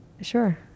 Sure